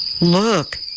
Look